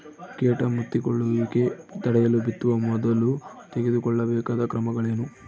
ಕೇಟ ಮುತ್ತಿಕೊಳ್ಳುವಿಕೆ ತಡೆಯಲು ಬಿತ್ತುವ ಮೊದಲು ತೆಗೆದುಕೊಳ್ಳಬೇಕಾದ ಕ್ರಮಗಳೇನು?